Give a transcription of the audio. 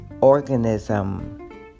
organism